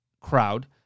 crowd